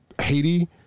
Haiti